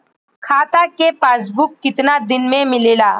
खाता के पासबुक कितना दिन में मिलेला?